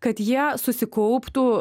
kad jie susikauptų